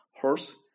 horse